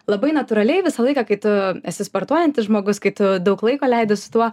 labai natūraliai visą laiką kai tu esi sportuojantis žmogus kai tu daug laiko leidi su tuo